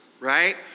right